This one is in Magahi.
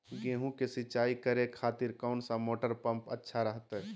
गेहूं के सिंचाई करे खातिर कौन सा मोटर पंप अच्छा रहतय?